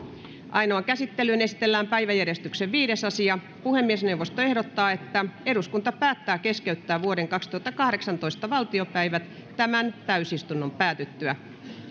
ainoaan käsittelyyn esitellään päiväjärjestyksen viides asia puhemiesneuvosto ehdottaa että eduskunta päättää keskeyttää vuoden kaksituhattakahdeksantoista valtiopäivät tämän täysistunnon päätyttyä